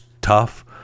tough